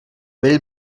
vell